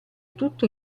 tutto